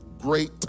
great